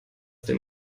dem